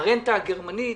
הרנטה הגרמנית